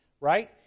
right